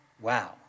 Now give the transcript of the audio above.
Wow